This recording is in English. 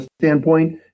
standpoint